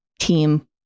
team